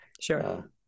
Sure